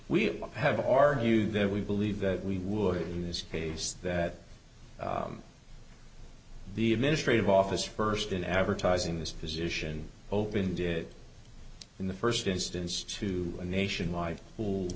we have our view that we believe that we would in this case that the administrative office first in advertising this position open did in the first instance to a nationwide